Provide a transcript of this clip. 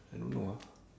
I don't know lah